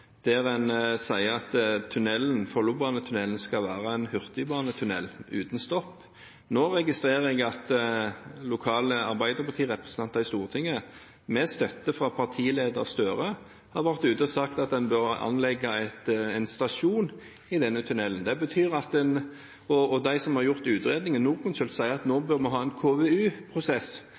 der en sier at Follobanetunnelen skal være en hurtigbanetunnel uten stopp. Nå registrerer jeg at lokale arbeiderpartirepresentanter i Stortinget, med støtte fra partileder Gahr Støre, har vært ute og sagt at man bør anlegge en stasjon i denne tunnelen. De som har gjort utredningen, Norconsult, sier at nå